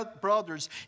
brothers